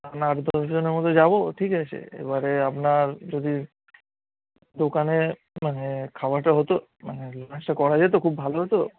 আট দশজনের মতো যাব ঠিক আছে এবারে আপনার যদি দোকানে মানে খাওয়াটা হতো মানে লাঞ্চটা করা যেত খুব ভালো হতো